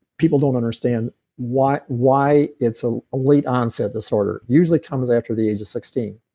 people don't understand why why it's ah late onset disorder. usually comes after the age of sixteen.